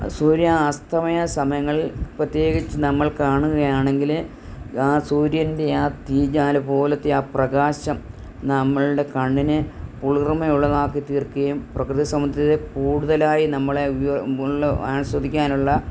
സൂര്യ അസ്തമയ സമയങ്ങളിൽ പ്രത്യേകിച്ച് നമ്മൾ കാണുകയാണെങ്കില് ആ സൂര്യൻ്റെ ആ തീജ്വാല പോലത്തെ ആ പ്രകാശം നമ്മളുടെ കണ്ണിനെ കുളിർമയുള്ളതാക്കി തീർക്കുകയും പ്രകൃതി സൗന്ദര്യം കൂടുതലായി നമ്മൾക്ക് ഉള്ള ആസ്വദിക്കാനുള്ള